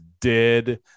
dead